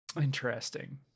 Interesting